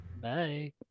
Bye